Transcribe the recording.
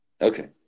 Okay